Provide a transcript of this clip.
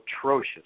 atrocious